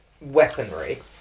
weaponry